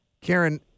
Karen